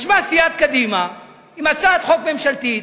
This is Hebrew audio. ישבה סיעת קדימה עם הצעת חוק ממשלתית,